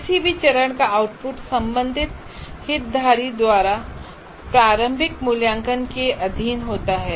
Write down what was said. किसी भी चरण का आउटपुट संबंधित हित धारी द्वारा प्रारंभिक मूल्यांकन के अधीन होता है